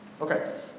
Okay